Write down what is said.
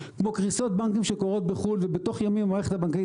כמו קריסות בנקים שקורות בחו"ל ובתוך ימים המערכת הבנקאית